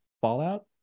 Fallout